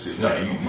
No